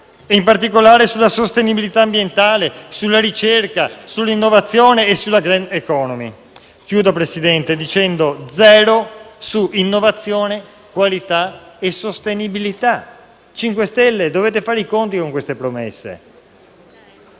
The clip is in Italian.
in particolare sulla sostenibilità ambientale, sulla ricerca, sull'innovazione e sulla *green economy*. Chiudo, Presidente, dicendo zero su innovazione, qualità e sostenibilità. Voi 5 Stelle dovete fare i conti con queste promesse.